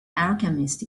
alchemist